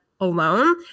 alone